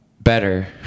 better